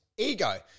ego